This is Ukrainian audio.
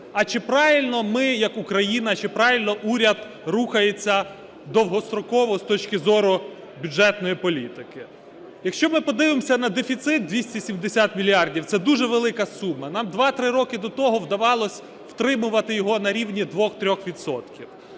а чи правильно ми як Україна, чи правильно уряд рухається довгостроково з точки зору бюджетної політики? Якщо ми подивимося на дефіцит – 270 мільярдів – це дуже велика сума. Нам 2-3 роки до того вдавалося втримувати його на рівні 2-3